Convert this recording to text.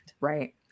Right